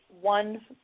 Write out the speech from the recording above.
one